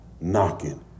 knocking